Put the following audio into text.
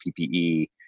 PPE